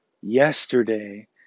yesterday